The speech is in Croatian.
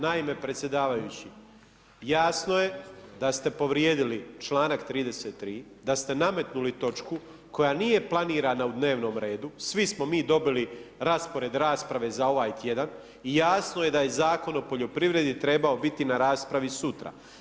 Naime, predsjedavajući, jasno je da ste povrijedili čl. 33. da ste nametnuli točku, koja nije planirana u dnevnom redu, svi smo mi dobili raspored rasprave za ovaj tjedan i jasno je da je Zakon o poljoprivredi, trebao biti na raspravi sutra.